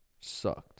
Sucked